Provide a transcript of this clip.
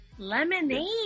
Lemonade